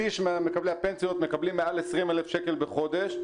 שליש ממקבלי הפנסיות מקבלים מעל 20 אלף שקל בחודש.